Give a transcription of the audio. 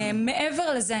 מעבר לזה,